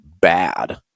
bad